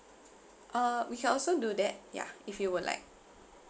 uh we can also do that ya if you would like